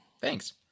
Thanks